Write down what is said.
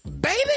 baby